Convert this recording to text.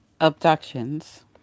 abductions